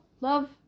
love